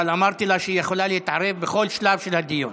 אבל אמרתי לה שהיא יכולה להתערב בכל שלב של הדיון.